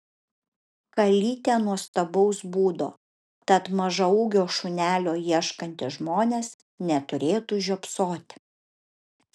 kalytė nuostabaus būdo tad mažaūgio šunelio ieškantys žmonės neturėtų žiopsoti